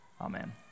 Amen